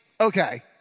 okay